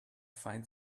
find